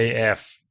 AF